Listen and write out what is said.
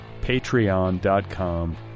Patreon.com